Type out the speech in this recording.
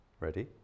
Ready